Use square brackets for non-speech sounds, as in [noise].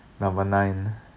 [breath] number nine [breath]